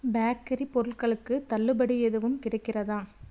bakery பொருட்களுக்கு தள்ளுபடி எதுவும் கிடைக்கிறதா